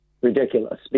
ridiculous